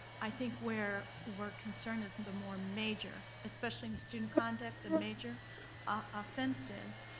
i think where we're concerned is and the more major, especially in the student conduct, the major offenses,